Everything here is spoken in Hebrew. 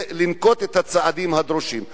ינקוט את הצעדים הדרושים.